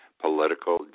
political